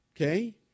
Okay